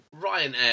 Ryanair